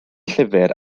llyfr